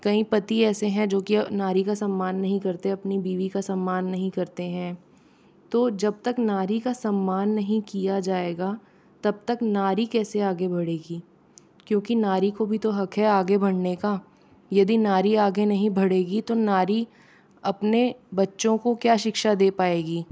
कई पति ऐसे हैं जो की नारी का सम्मान नहीं करते अपनी बीवी का सम्मान नहीं करते हैं तो जब तक नारी का सम्मान नहीं किया जाएगा तब तक नारी कैसे आगे बढ़ेगी क्योंकि नारी को भी तो हक है आगे बढ़ने का यदि नारी आगे नहीं बढ़ेगी तो नारी अपने बच्चों को क्या शिक्षा दे पाएगी